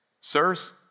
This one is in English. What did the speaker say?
Sirs